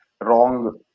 wrong